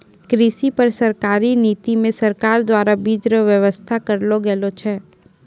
कृषि पर सरकारी नीति मे सरकार द्वारा बीज रो वेवस्था करलो गेलो छै